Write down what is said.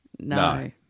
No